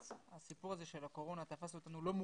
הסיפור הזה של הקורונה תפס אותנו לא מוכנים.